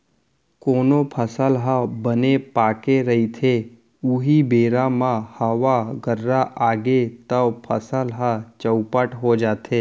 कोनो फसल ह बने पाके रहिथे उहीं बेरा म हवा गर्रा आगे तव फसल ह चउपट हो जाथे